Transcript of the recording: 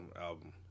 album